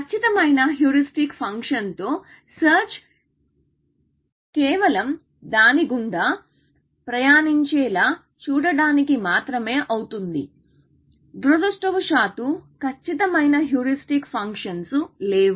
ఖచ్చితమైన హ్యూరిస్టిక్ ఫంక్షన్తో సెర్చ్ కేవలందాని గుండా ప్రయాణించేలా చూడడానికి మాత్రమే అవుతుంది దురదృష్టవశాత్తు ఖచ్చితమైన హ్యూరిస్టిక్ ఫంక్షన్స్ లేవు